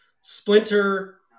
Splinter